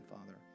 Father